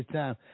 time